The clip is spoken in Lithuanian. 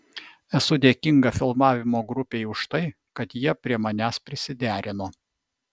esu dėkinga filmavimo grupei už tai kad jie prie manęs prisiderino